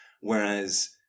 Whereas